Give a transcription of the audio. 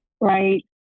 right